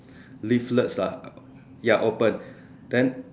leaflets lah ya open then